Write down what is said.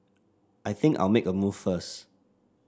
I think I'll make a move first